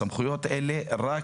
הסמכויות האלה רק